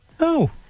No